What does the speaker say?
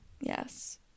Yes